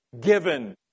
given